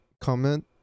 comment